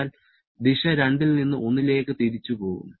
എന്നാൽ ഇപ്പോൾ ദിശ 2 ൽ നിന്ന് 1 ലേക്ക് തിരിച്ച് പോകും